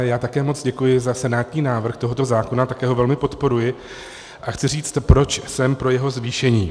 Já také moc děkuji za senátní návrh tohoto zákona, také ho velmi podporuji a chci říct, proč jsem pro jeho zvýšení.